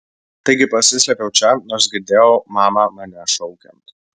taigi pasislėpiau čia nors girdėjau mamą mane šaukiant